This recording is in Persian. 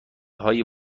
های